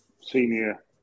senior